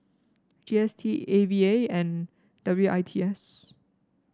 G S T A V A and W I T S